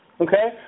Okay